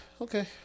okay